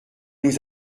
nous